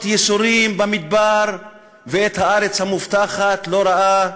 ייסורים במדבר ואת הארץ המובטחת לא ראה.